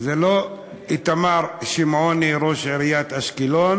זה לא איתמר שמעוני, ראש עיריית אשקלון.